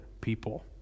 people